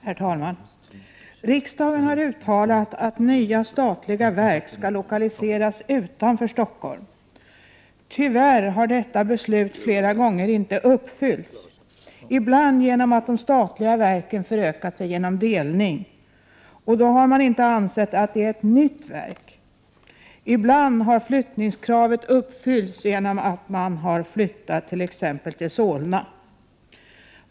Herr talman! Riksdagen har uttalat att nya statliga verk skall lokaliseras utanför Stockholm. Tyvärr har detta beslut flera gånger inte fullföljts. Ibland har de statliga verken förökat sig genom delning, och då har man inte ansett att det har varit fråga om ett nytt verk. Ibland har flyttningskravet uppfyllts genom att man har flyttat t.ex. till Solna.